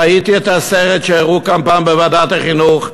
ראיתי את הסרט שהראו כאן פעם בוועדת החינוך,